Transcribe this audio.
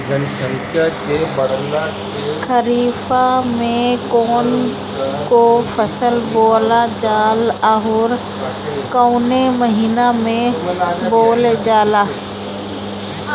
खरिफ में कौन कौं फसल बोवल जाला अउर काउने महीने में बोवेल जाला?